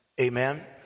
amen